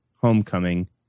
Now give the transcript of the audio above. homecoming